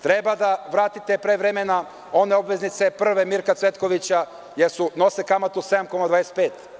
Treba da vratite pre vremena one obveznice prve Mirka Cvetkovića, jer nose kamatu 7,25%